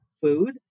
food